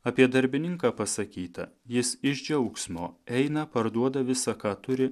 apie darbininką pasakyta jis iš džiaugsmo eina parduoda visa ką turi